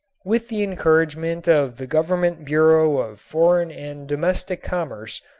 with the encouragement of the government bureau of foreign and domestic commerce,